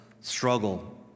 struggle